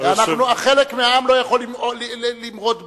חלק מהעם לא יכול למרוד בעם.